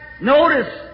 notice